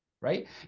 right